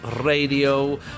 Radio